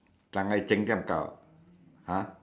hokkien ah